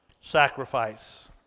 sacrifice